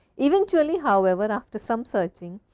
eventually, however after some searching,